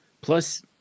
Plus